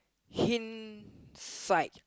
hint sight